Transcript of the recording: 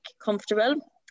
comfortable